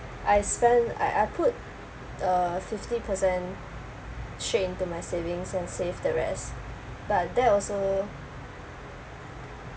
I spend I I put uh fifty percent straight into my savings and save the rest but that also